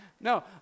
No